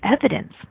evidence